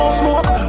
smoke